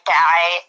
die